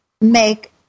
make